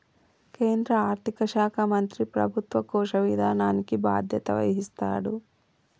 కేంద్ర ఆర్థిక శాఖ మంత్రి ప్రభుత్వ కోశ విధానానికి బాధ్యత వహిస్తాడు